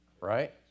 Right